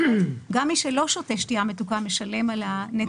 אם יש יותר חולי סוכרת אז גם מי שלא שותה שתייה מתוקה משלם ונושא בנטל.